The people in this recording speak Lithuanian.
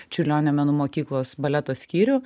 čiurlionio menų mokyklos baleto skyrių